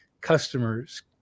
customers